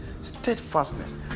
steadfastness